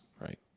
right